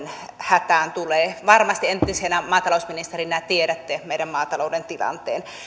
hätään tulee varmasti entisenä maatalousministerinä tiedätte meidän maatalouden tilanteen